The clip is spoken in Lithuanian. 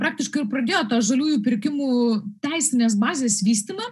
praktiškai ir pradėjo tą žaliųjų pirkimų teisinės bazės vystymą